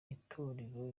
itorero